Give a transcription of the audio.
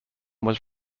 was